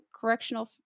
Correctional